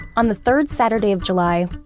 on the third saturday of july,